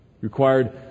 Required